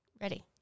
Ready